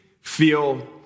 feel